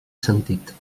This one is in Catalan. sentit